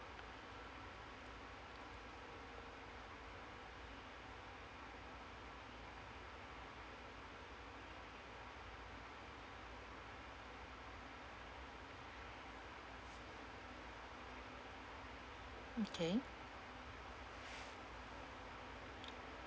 okay